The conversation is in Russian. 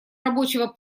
рабочего